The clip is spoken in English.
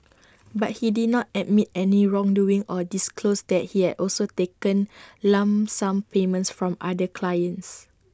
but he did not admit any wrongdoing or disclose that he had also taken lump sum payments from other clients